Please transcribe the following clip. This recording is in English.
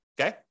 okay